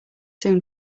soon